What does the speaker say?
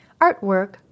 artwork